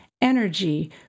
energy